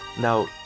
Now